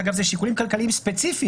אגב, זה שיקולים כלכליים ספציפיים.